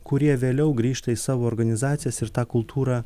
kurie vėliau grįžta į savo organizacijas ir tą kultūrą